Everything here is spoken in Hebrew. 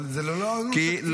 אבל זה ללא עלות תקציבית.